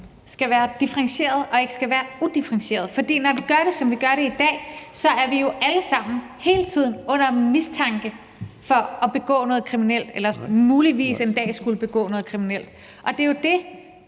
skal være differentieret og ikke skal være udifferentieret. For når vi gør det, som vi gør det i dag, er vi jo alle sammen hele tiden under mistanke for at begå noget kriminelt eller muligvis en dag begå noget kriminelt. Og det er jo det,